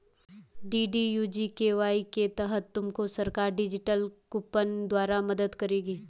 DDU GKY के तहत तुमको सरकार डिजिटल कूपन द्वारा मदद करेगी